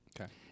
Okay